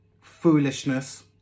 foolishness